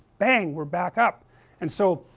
bang, we are back up and so,